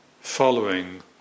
following